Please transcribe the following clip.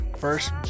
first